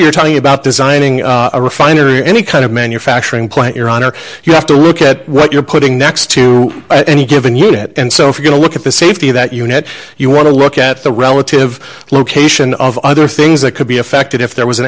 you're talking about designing a refinery in any kind of manufacturing plant your honor you have to work at what you're putting next to any given unit and so if you get a look at the safety of that unit you want to look at the relative location of other things that could be affected if there was an